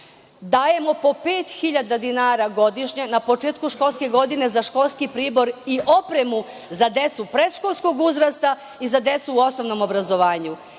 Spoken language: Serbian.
Dajemo po pet hiljada dinara godišnje na početku školske godine za školski pribor i opremu za decu predškolskog uzrasta i za decu u osnovnom obrazovanju. Znači,